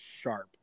sharp